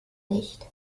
nicht